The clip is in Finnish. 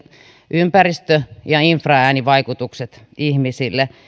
ympäristö ja infraäänivaikutukset ihmisille